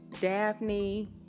Daphne